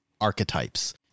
archetypes